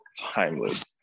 timeless